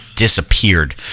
disappeared